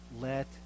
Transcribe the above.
let